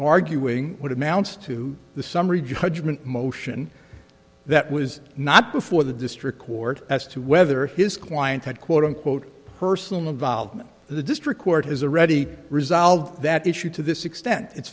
arguing what amounts to the summary judgment motion that was not before the district court as to whether his client had quote unquote personal involvement in the district court has already resolved that issue to this extent it's